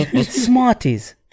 smarties